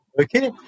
Okay